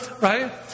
right